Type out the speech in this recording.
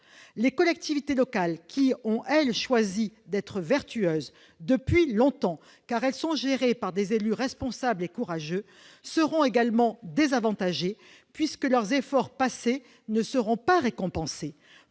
Les collectivités locales qui ont choisi d'être vertueuses depuis longtemps, car elles sont gérées par des élus responsables et courageux, seront également désavantagées, puisque leurs efforts passés ne seront pas récompensés.